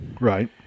Right